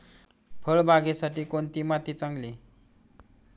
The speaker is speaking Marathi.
फळबागेसाठी कोणती माती चांगली?